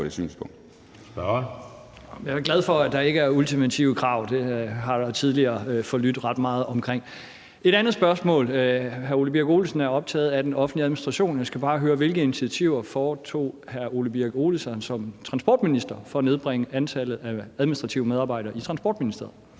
Jeg er glad for, at der ikke er ultimative krav. Det har der tidligere forlydt ret meget om. Et andet spørgsmål handler om, at hr. Ole Birk Olesen er optaget af den offentlige administration. Jeg skal bare høre: Hvilke initiativer tog hr. Ole Birk Olesen som transportminister for at nedbringe antallet af administrative medarbejdere i Transportministeriet?